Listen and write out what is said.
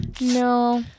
No